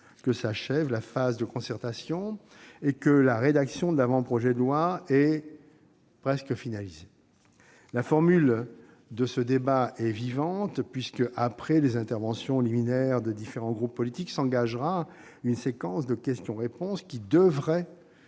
que s'achève la phase de concertation et que la rédaction de l'avant-projet de loi est presque finalisée. La formule de notre débat est vivante : après les interventions liminaires des représentants des différents groupes politiques, une séquence de questions-réponses s'engagera.